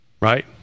right